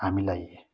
हामीलाई